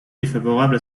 défavorable